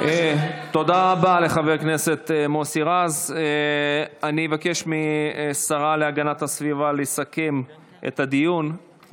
נותן לחבר הכנסת מוסי רז לסכם את דבריו עוד חצי דקה,